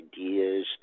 ideas